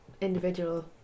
individual